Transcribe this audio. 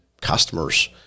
customers